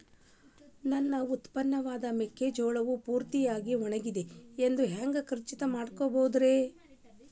ನನ್ನ ಉತ್ಪನ್ನವಾದ ಮೆಕ್ಕೆಜೋಳವು ಪೂರ್ತಿಯಾಗಿ ಒಣಗಿದೆ ಎಂದು ಹ್ಯಾಂಗ ಖಚಿತ ಪಡಿಸಿಕೊಳ್ಳಬಹುದರೇ?